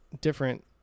different